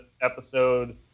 episode